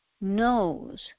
knows